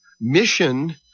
mission